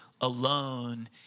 alone